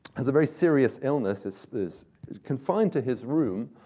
has a very serious illness, is is confined to his room,